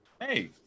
Hey